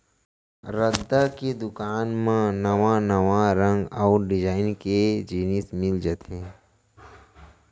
रद्दा के दुकान म नवा नवा रंग अउ डिजाइन के जिनिस मिल जाथे